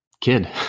kid